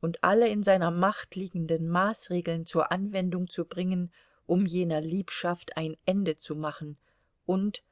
und alle in seiner macht liegenden maßregeln zur anwendung zu bringen um jener liebschaft ein ende zu machen und